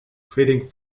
creating